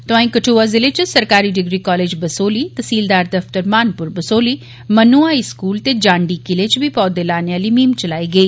तोआंई कठुआ ज़िले च सरकारी डिग्री कॉलेज बसोहली तैह्सीलदार दफ्तर महानपुर बसोहली मनु हाई स्कूल ते जाण्डी किले च बी पौधे लाने आली मुहीम चलाई गेई